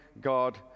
God